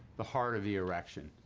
the harder the erection,